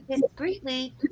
discreetly